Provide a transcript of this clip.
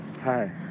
Hi